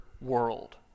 world